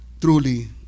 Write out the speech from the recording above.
Truly